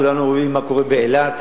כולנו רואים מה קורה באילת.